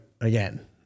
again